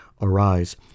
Arise